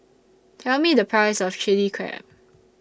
Tell Me The Price of Chili Crab